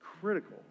critical